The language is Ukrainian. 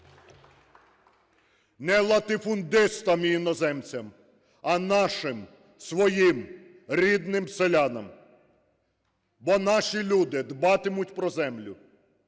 Не латифундистам і іноземцям, а нашим, своїм, рідним селянам. Бо наші люди дбатимуть про землю,